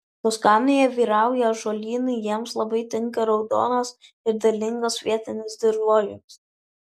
toskanoje vyrauja ąžuolynai jiems labai tinka raudonas ir derlingas vietinis dirvožemis